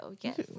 yes